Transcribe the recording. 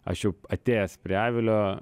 aš jau atėjęs prie avilio